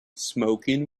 smoking